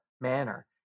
manner